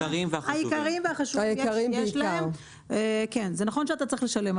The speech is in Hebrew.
אני יכולה להגיד שזה כמעט שלושים אחוז.